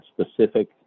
specific